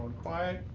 quiet.